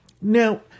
Now